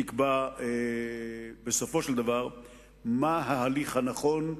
והיא שתקבע בסופו של דבר מה ההליך הנכון,